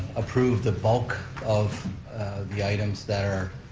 approved the bulk of the items that are,